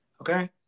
Okay